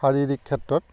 শাৰীৰিক ক্ষেত্ৰত